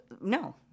No